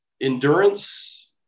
endurance